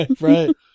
Right